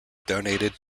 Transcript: donated